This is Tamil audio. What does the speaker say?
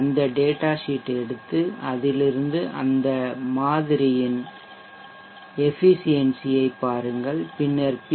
அந்த டேட்டா ஷீட் எடுத்து அதிலிருந்து அந்த மாதிரியின் எஃப்பிசியென்சியை பாருங்கள் பின்னர் பி